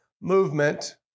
movement